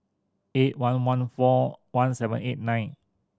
eight one one four one seven eight nine